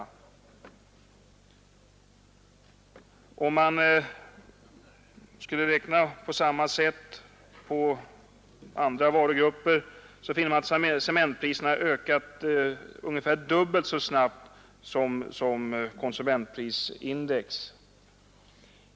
Om man skulle räkna på samma sätt på andra varugrupper, finner man att cementpriserna ökat ungefär dubbelt så snabbt som konsumentprisindex.